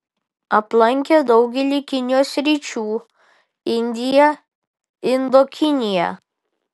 aplankė daugelį kinijos sričių indiją indokiniją